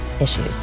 issues